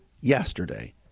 yesterday